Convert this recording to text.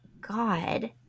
God